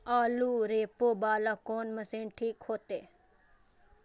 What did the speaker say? आलू रोपे वाला कोन मशीन ठीक होते?